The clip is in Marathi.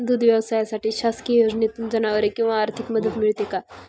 दूध व्यवसायासाठी शासकीय योजनेतून जनावरे किंवा आर्थिक मदत मिळते का?